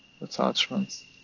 attachments